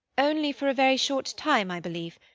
only for a very short time, i believe.